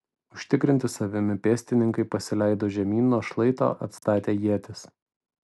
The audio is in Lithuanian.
užtikrinti savimi pėstininkai pasileido žemyn nuo šlaito atstatę ietis